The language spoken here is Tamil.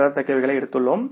பெறத்தக்கவைகளை எடுத்துள்ளோம்